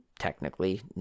technically